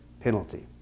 penalty